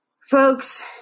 folks